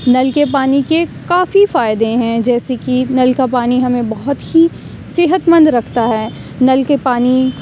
نل کے پانی کے کافی فائدے ہیں جیسے کہ نل کا پانی ہمیں بہت ہی صحت مند رکھتا ہے نل کے پانی